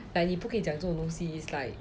like 你不可以讲这种东西 is like